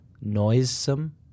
Noisome